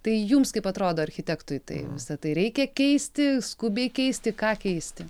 tai jums kaip atrodo architektui tai visa tai reikia keisti skubiai keisti ką keisti